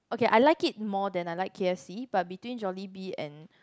okay I like it more than I like k_f_c but between Jollibee and